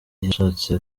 yashatse